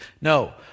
No